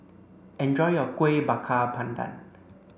enjoy your Kuih Bakar Pandan